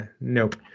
nope